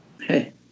Hey